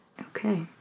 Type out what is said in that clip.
Okay